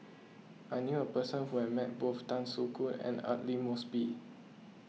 I knew a person who has met both Tan Soo Khoon and Aidli Mosbit